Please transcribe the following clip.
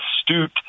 astute